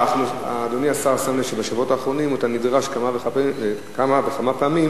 אדוני השר שם לב שבשבועות האחרונים אתה נדרש כמה וכמה פעמים